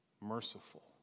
merciful